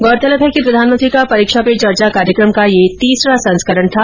गौरतलब है कि प्रधानमंत्री का परीक्षा पे चर्चा कार्यकम का ये तीसरा संस्करण था